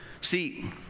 See